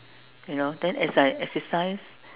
you know then as I exercise